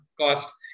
cost